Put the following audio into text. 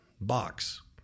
box